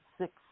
six